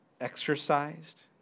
exercised